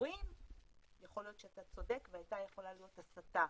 שיעורים יכול להיות שאתה צודק והייתה יכולה להיות הסטה,